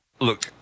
look